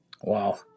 Wow